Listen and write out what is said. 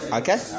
okay